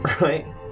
Right